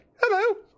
hello